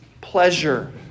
pleasure